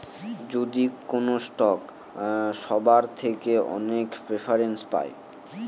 যদি কোনো স্টক সবার থেকে অনেক প্রেফারেন্স পায়